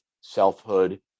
selfhood